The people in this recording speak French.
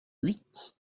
huit